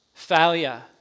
Failure